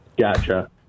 gotcha